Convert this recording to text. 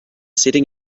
setting